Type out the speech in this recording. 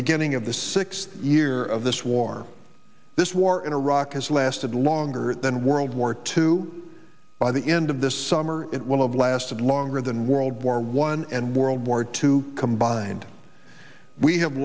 beginning of the six year of this war this war in iraq has lasted longer than world war two by the end of this summer it will have lasted longer than world war one and world war two combined we have